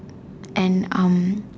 and um